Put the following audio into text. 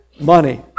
money